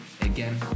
again